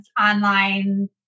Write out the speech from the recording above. online